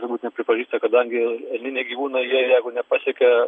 turbūt nepripažįsta kadangi elniniai gyvūnai jie jeigu nepasiekia